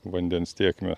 vandens tėkmę